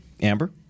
Amber